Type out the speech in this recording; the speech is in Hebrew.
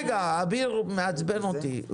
אביר מעצבן אותי.